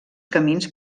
camins